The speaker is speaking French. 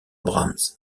brahms